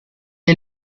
est